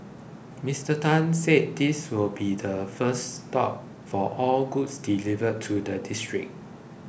Mister Tan said this will be the first stop for all goods delivered to the district